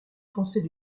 français